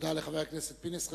תודה לחבר הכנסת פינס.